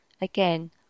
again